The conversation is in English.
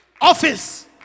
office